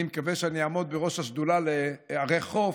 אני מקווה שאני אעמוד בראש השדולה לערי חוף,